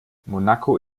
monaco